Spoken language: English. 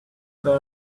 that